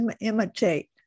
imitate